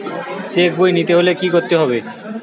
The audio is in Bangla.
চেক বই নিতে হলে কি করতে হবে?